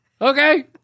okay